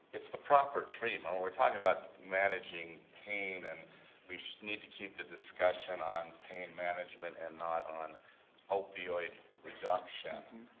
it's the proper treatment. when we're talking about managing pain and we need to keep the discussion on pain management and not on opioid reduction.